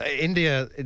India